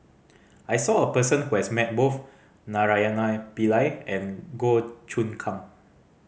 I saw a person who has met both Naraina Pillai and Goh Choon Kang